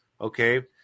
Okay